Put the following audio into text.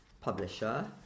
publisher